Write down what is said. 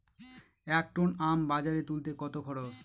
এক টন আম বাজারে তুলতে কত খরচ?